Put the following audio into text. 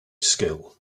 skill